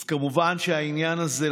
אז כמובן שהעניין הזה,